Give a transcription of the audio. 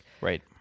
right